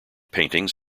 paintings